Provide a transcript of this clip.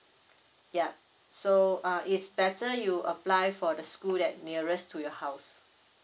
yup so uh it's better you apply for the school that nearest to your house